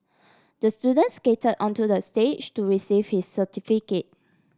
the student skate onto the stage to receive his certificate